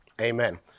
Amen